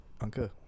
Uncle